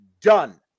done